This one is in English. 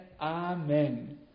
amen